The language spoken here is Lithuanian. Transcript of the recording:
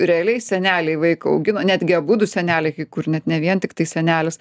realiai seneliai vaiką augino netgi abudu seneliai kai kur net ne vien tiktai senelis